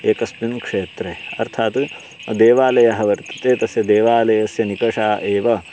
एकस्मिन् क्षेत्रे अर्थात् देवालयः वर्तते तस्य देवालयस्य निकषे एव